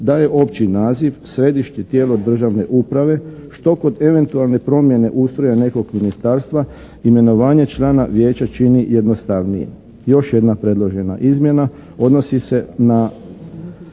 daje opći naziv središnje tijelo državne uprave što kod eventualne promjene ustroja nekog ministarstva imenovanje člana vijeća čini jednostavnijim. Još jedna predložena izmjena odnosi se na